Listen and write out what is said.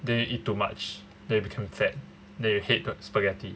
they eat too much they become fat they hate the spaghetti